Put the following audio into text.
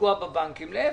לפגוע בבנקים, להיפך.